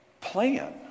plan